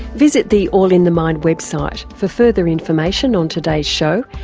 visit the all in the mind website for further information on today's show,